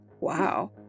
Wow